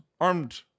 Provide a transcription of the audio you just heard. armed